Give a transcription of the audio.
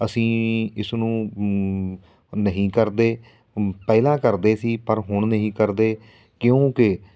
ਅਸੀਂ ਇਸਨੂੰ ਨਹੀਂ ਕਰਦੇ ਪਹਿਲਾਂ ਕਰਦੇ ਸੀ ਪਰ ਹੁਣ ਨਹੀਂ ਕਰਦੇ ਕਿਉਂਕਿ